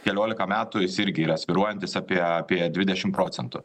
keliolika metų jis irgi yra svyruojantis apie apie dvidešimt procentų